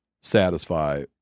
satisfy